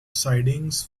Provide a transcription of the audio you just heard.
sidings